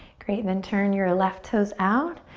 great, then turn your left toes out.